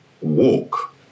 walk